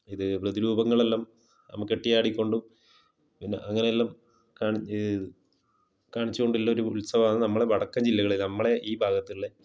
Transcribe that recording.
ഇത് പ്രതിരൂപങ്ങളെല്ലാം നമ്മൾ കെട്ടിയാടിക്കൊണ്ടും പിന്നെ അങ്ങനെയെല്ലാം കാണിച്ച ഇത് കാണിച്ചു കൊണ്ടില്ല ഒരു ഉത്സവാന്ന് നമ്മളെ വടക്കൻ ജില്ലകളിൽ നമ്മളെ ഈ ഭാഗത്ത്ള്ള